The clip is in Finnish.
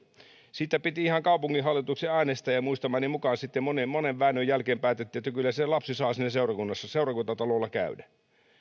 siitä piti ihan kaupunginhallituksen äänestää ja muistamani mukaan sitten monen monen väännön jälkeen päätettiin että kyllä se lapsi saa siinä seurakuntatalolla käydä